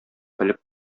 белеп